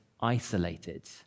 isolated